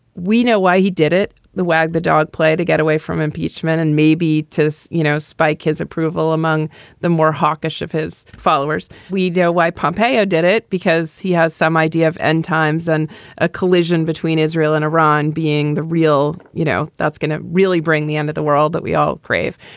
we know why he did it. the wag the dog play to get away from impeachment and maybe to, you know, spike his approval among the more hawkish of his followers. we do know why pompeo did it, because he has some idea of end times and a collision between israel and iran being the real, you know, that's going to really bring the end of the world that we all crave.